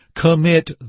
Commit